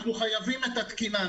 אנחנו חייבים את התקינה.